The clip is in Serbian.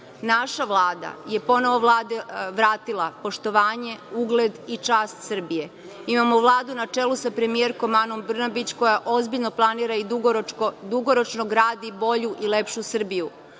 Vlada je ponovo vratila poštovanje, ugled i čast Srbije. Imamo Vladu na čelu sa premijerkom Anom Brnabić koja ozbiljno planira i dugoročno gradi bolju i lepšu Srbiju. Ovim